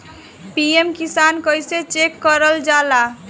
PM Kisan कइसे check करल जाला?